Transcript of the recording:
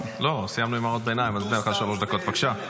בבקשה.